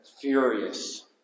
furious